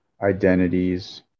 identities